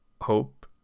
hope